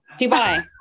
Dubai